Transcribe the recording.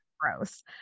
gross